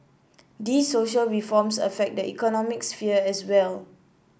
these social reforms affect the economic sphere as well